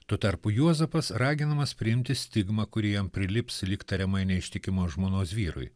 tuo tarpu juozapas raginamas priimti stigmą kuri jam prilips lyg tariamai neištikimos žmonos vyrui